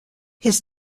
his